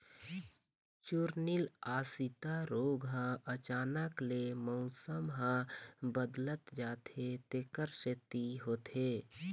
चूर्निल आसिता रोग ह अचानक ले मउसम ह बदलत जाथे तेखर सेती होथे